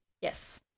Yes